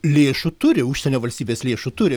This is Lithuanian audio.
lėšų turi užsienio valstybės lėšų turi